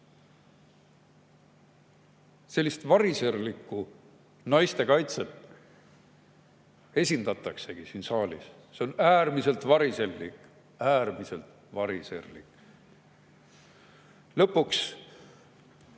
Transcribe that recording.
Sellist variserlikku naiste kaitset esindataksegi siin saalis. See on äärmiselt variserlik, äärmiselt variserlik! Lõpuks